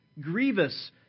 grievous